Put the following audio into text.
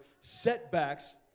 setbacks